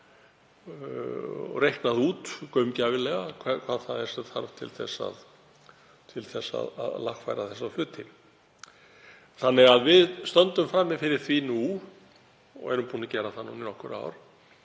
og reiknað út gaumgæfilega hvað það er sem þarf til að lagfæra þessa hluti. Þannig að við stöndum frammi fyrir því nú og erum búin að gera það í nokkur ár